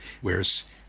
whereas